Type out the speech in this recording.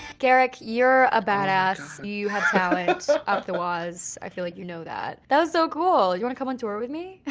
garick, you're a badass. you have talent up the waz. i feel like you know that. that was so cool. do you wanna come on tour with me?